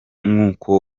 nkuko